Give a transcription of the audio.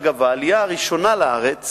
אגב, העלייה הראשונה לארץ